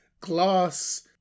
Glass